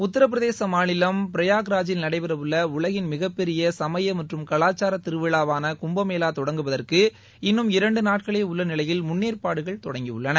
உத்தரபிரதேச மாநிலம் பிரயாக்ராஜில் நடைபெறவுள்ள உலகின் மிகப்பெரிய சுமய மற்றும் கவாச்சார திருவிழாவான குப்பமேளா தொடங்குவதற்கு இன்னும் இரண்டு நாட்களே உள்ளநிலையில் முன்னேற்பாடுகள் தொடங்கியுள்ளன